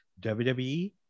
WWE